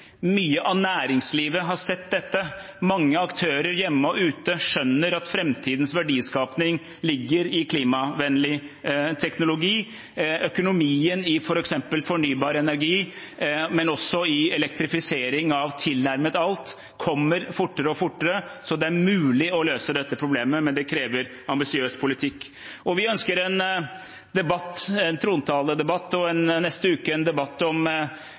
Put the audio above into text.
Mye av næringslivet har sett dette. Mange aktører, hjemme og ute, skjønner at framtidens verdiskaping ligger i klimavennlig teknologi. Økonomien i f.eks. fornybar energi, men også i elektrifisering av tilnærmet alt, kommer fortere og fortere. Så det er mulig å løse dette problemet, men det krever en ambisiøs politikk. Vi ønsker en trontaledebatt og – i neste uke – en debatt om